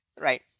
Right